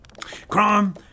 crime